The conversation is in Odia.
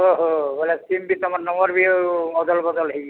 ଓହୋ ସିମ୍ ବି ତମର୍ ନମ୍ବର୍ ବି ଅଦଲ୍ ବଦଲ୍ ହେଇଯାଇଛେ